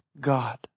God